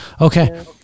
Okay